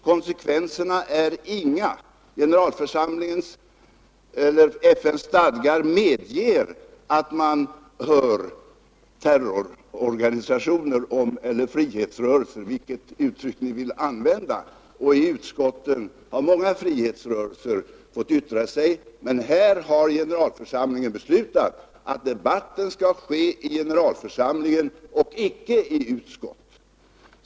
Konsekvenserna är ringa. FN:s stadgar medger att man hör terrororganisationer eller frihetsrörelser — vilket uttryck ni nu vill använda — och i utskotten har många talesmän för frihetsrörelser fått yttra sig. Men generalförsamlingen har i detta fall beslutat att debatten skall få föras i plenarförsamlingen och icke i utskottet.